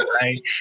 Right